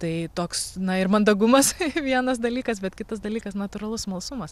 tai toks na ir mandagumas vienas dalykas bet kitas dalykas natūralus smalsumas